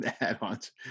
add-ons